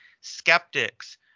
skeptics